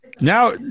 Now